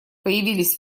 появились